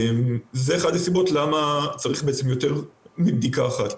וזאת אחת הסיבות למה צריך בעצם יותר מבדיקה אחת.